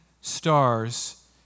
stars